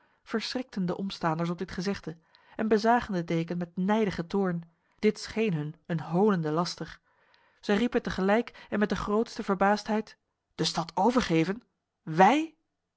verschrikten de omstaanders op dit gezegde en bezagen de deken met nijdige toorn dit scheen hun een honende laster zij riepen tegelijk en met de grootste verbaasdheid de stad overgeven wij